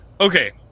okay